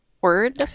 word